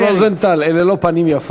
חבר הכנסת רוזנטל, אלה לא פנים יפות?